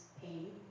pain